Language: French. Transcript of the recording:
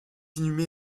inhumé